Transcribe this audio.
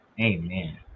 Amen